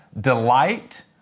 delight